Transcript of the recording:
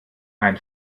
ein